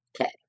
Okay